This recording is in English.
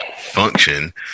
function